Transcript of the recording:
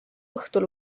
õhtul